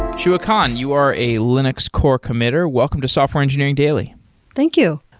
shuah khan, you are a linux core committer. welcome to software engineering daily thank you.